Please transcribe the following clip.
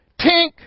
Tink